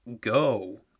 go